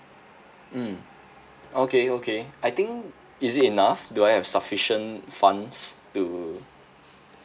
mm okay okay I think is it enough do I have sufficient funds to